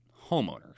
homeowners